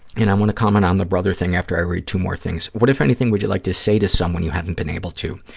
you know i want to comment on the brother thing after i read two more things. what, if anything, would you like to say to someone you haven't been able to?